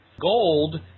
Gold